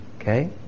Okay